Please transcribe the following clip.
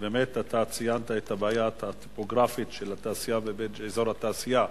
אתה ציינת את הבעיה הטופוגרפית של אזור התעשייה.